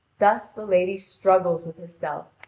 thus the lady struggles with herself,